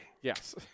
Yes